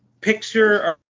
Picture